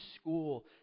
school